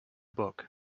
book